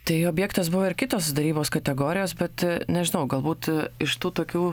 tai objektas buvo ir kitos darybos kategorijos bet nežinau galbūt iš tų tokių